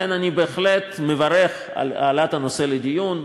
לכן אני בהחלט מברך על העלאת הנושא לדיון.